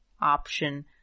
option